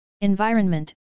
Environment